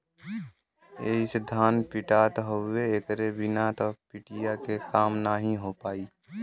एही से धान पिटात हउवे एकरे बिना त पिटिया के काम नाहीं हो पाई